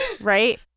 right